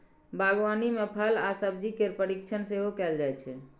बागवानी मे फल आ सब्जी केर परीरक्षण सेहो कैल जाइ छै